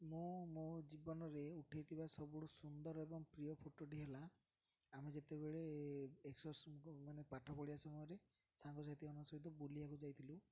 ମୁଁ ମୋ ଜୀବନରେ ଉଠାଇଥିବା ସବୁଠୁ ସୁନ୍ଦର ଏବଂ ପ୍ରିୟ ଫଟୋଟି ହେଲା ଆମେ ଯେତେବେଳେ ମାନେ ପାଠ ପଢ଼ିବା ସମୟରେ ସାଙ୍ଗସାଥିମାନ ସହିତ ବୁଲିବାକୁ ଯାଇଥିଲୁ